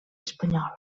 espanyola